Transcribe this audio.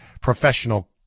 professional